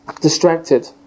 distracted